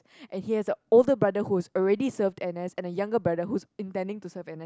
and he has a older brother who is already served N_S and a younger brother who's intending to serve N_S